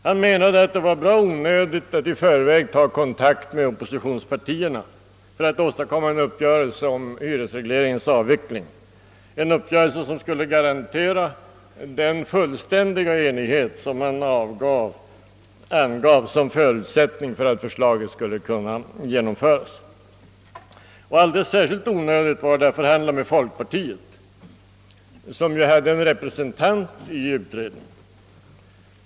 Han menade att det var bra onödigt att i förväg ta kontakt med oppositionspartierna för att åstadkomma en uppgörelse om hyresregleringens avveckling, en uppgörelse som skulle garantera den fullständiga enighet som man angav som förutsättning för att förslaget skulle kunna genomföras. Alldeles särskilt onödigt var det att förhandla med folkpartiet, som hade en representant i utredningen.